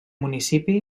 municipi